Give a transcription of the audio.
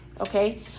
okay